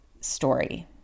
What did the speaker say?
story